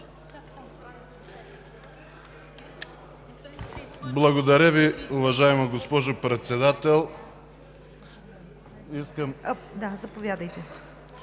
Благодаря Ви. Уважаема госпожо Председател,